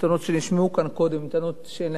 הטענות שנשמעו כאן קודם הן טענות שאין